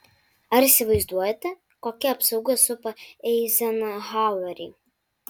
ar įsivaizduojate kokia apsauga supa eizenhauerį